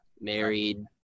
married